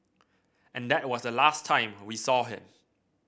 and that was the last time we saw him